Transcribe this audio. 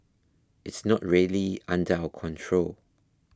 it's not really under our control